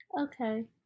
Okay